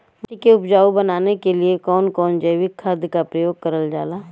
माटी के उपजाऊ बनाने के लिए कौन कौन जैविक खाद का प्रयोग करल जाला?